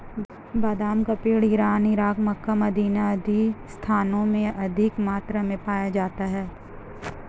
बादाम का पेड़ इरान, इराक, मक्का, मदीना आदि स्थानों में अधिक मात्रा में पाया जाता है